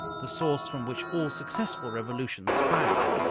the source from which all successful revolutions sprang.